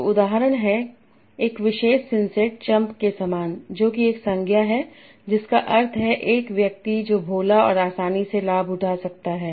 तोउदाहरण है एक विशेष सिंसेट चंप के समान जो कि एक संज्ञा है जिसका अर्थ है एक व्यक्ति जो भोला और आसानी से लाभ उठा सकता है